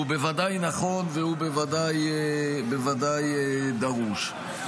הוא בוודאי נכון והוא בוודאי דרוש.